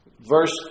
Verse